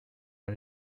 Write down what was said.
une